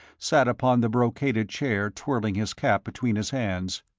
sat upon the brocaded chair twirling his cap between his hands.